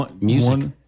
Music